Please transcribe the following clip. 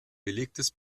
belegtes